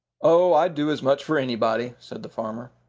oh, i'd do as much for anybody, said the farmer.